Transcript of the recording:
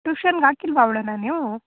ಟೂಷನ್ಗೆ ಹಾಕಿಲ್ವಾ ಅವಳನ್ನ ನೀವು